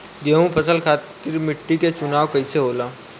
गेंहू फसल खातिर मिट्टी के चुनाव कईसे होला?